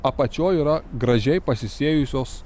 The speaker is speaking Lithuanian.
apačioj yra gražiai pasisėjusios